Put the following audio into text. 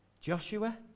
Joshua